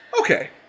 Okay